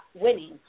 winning